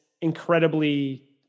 incredibly